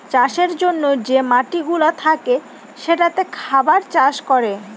চাষের জন্যে যে মাটিগুলা থাকে যেটাতে খাবার চাষ করে